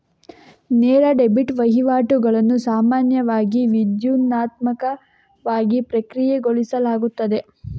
ನೇರ ಡೆಬಿಟ್ ವಹಿವಾಟುಗಳನ್ನು ಸಾಮಾನ್ಯವಾಗಿ ವಿದ್ಯುನ್ಮಾನವಾಗಿ ಪ್ರಕ್ರಿಯೆಗೊಳಿಸಲಾಗುತ್ತದೆ